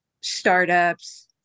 startups